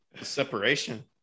Separation